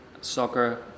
soccer